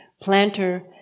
Planter